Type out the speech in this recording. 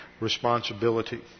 responsibility